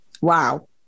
Wow